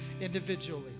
individually